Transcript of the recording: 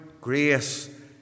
grace